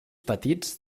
petits